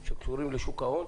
שקשורים לשוק ההון,